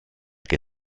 che